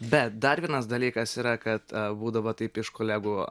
bet dar vienas dalykas yra kad būdavo taip iš kolegų